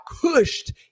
pushed